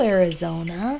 Arizona